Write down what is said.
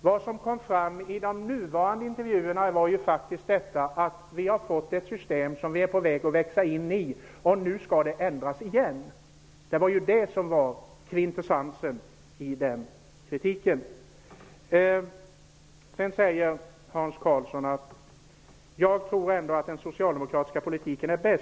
Vad som framkom i de nu aktuella intervjuerna var att vi har fått ett system som vi är på väg att växa in i, men nu skall det kanske ändras igen. Detta var kvintessensen i kritiken. Hans Karlsson sade att han tror att den socialdemokratiska politiken är bäst.